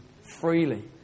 freely